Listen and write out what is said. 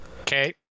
okay